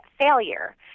failure